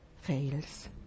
fails